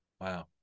Wow